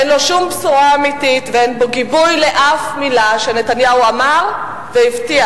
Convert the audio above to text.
אין בו שום בשורה אמיתית ואין בו גיבוי לאף מלה שנתניהו אמר והבטיח,